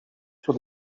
sur